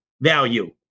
value